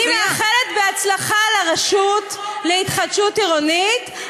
אני מאחלת בהצלחה לרשות להתחדשות עירונית,